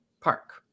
Park